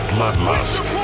Bloodlust